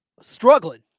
Struggling